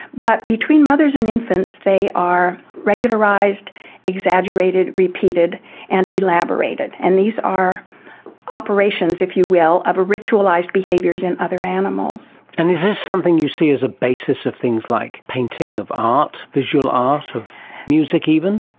but between mothers and infants they are regularised, exaggerated, repeated and elaborated. and these are operations, if you will, of ritualised behaviours in other animals. and is this something you see as a basis of things like painting, of art, visual art, of music even?